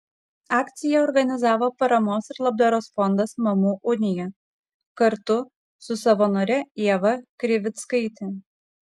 akciją organizavo paramos ir labdaros fondas mamų unija kartu su savanore ieva krivickaite